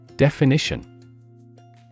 Definition